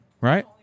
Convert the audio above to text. Right